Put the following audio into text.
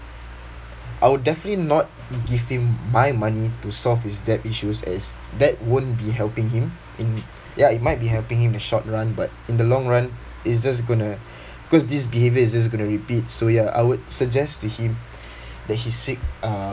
I'll definitely not give him my money to solve his debt issues as that won't be helping him in ya it might be helping him the short run but in the long run it's just going to because this behaviour is just going to repeat so ya I would suggest to him that he seek uh